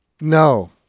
No